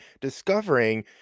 discovering